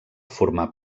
formà